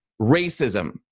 racism